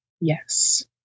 Yes